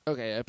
Okay